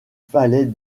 fallait